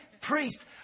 priest